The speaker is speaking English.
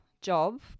job